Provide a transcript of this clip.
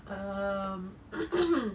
um